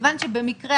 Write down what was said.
מכיוון שבמקרה,